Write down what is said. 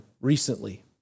recently